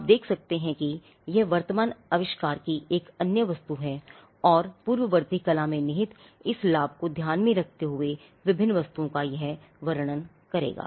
आप देख सकते हैं कि यह वर्तमान आविष्कार की एक अन्य वस्तु है और पूर्ववर्ती कला में निहित इस लाभ को ध्यान में रखते हुए यह विभिन्न वस्तुओं का वर्णन करेगा